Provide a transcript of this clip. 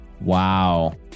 Wow